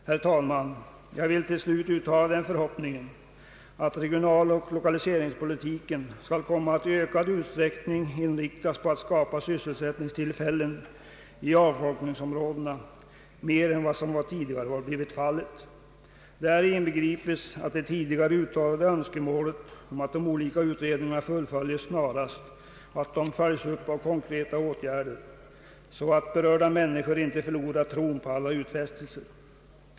Herr talman! Jag vill uttala den förhoppningen att regionaloch lokaliseringspolitiken skall komma att i ökad utsträckning inriktas på att skapa sysselsättningstillfällen i avfolkningsområdena. Däri inbegripes det tidigare uttalade önskemålet om att de olika ut redningarna fullföljs snarast och följs upp av konkreta åtgärder, så att berörda människor inte förlorar tron på alla utfästelser.